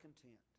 content